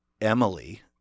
Emily